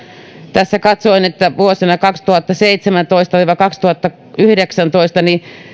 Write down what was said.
tässä katsoin että vuosina kaksituhattaseitsemäntoista viiva kaksituhattayhdeksäntoista